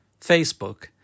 Facebook